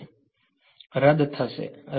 વિદ્યાર્થી રદ થાય છે